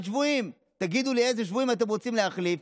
שבויים: תגידו לי איזה שבויים אתם רוצים להחליף,